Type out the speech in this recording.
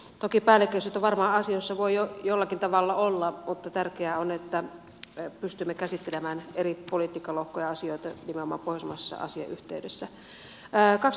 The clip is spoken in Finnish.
toki päällekkäisyyttä varmaan asioissa voi jollakin tavalla olla mutta tärkeää on että pystymme käsittelemään eri politiikkalohkoja ja asioita nimenomaan pohjoismaisessa asiayhteydessä